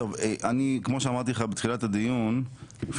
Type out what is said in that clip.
כמו שאמרתי לך בתחילת הדיון, זאת